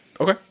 okay